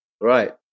Right